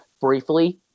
briefly